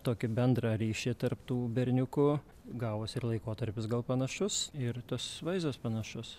tokį bendrą ryšį tarp tų berniukų gavosi ir laikotarpis gal panašus ir tas vaizdas panašus